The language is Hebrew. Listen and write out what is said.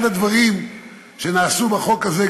אחד הדברים שנעשו בחוק הזה,